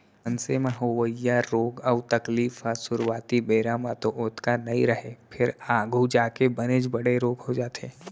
मनसे म होवइया रोग अउ तकलीफ ह सुरूवाती बेरा म तो ओतका नइ रहय फेर आघू जाके बनेच बड़े रोग हो जाथे